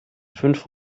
fünf